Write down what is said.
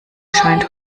scheint